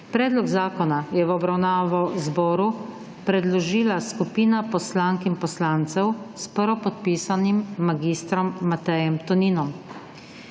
Predlog zakona je v obravnavo zboru predložila skupina poslank in poslancev s prvopodpisanim Danijelom Krivcem.